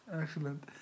Excellent